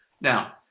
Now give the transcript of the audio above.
Now